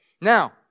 Now